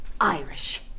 Irish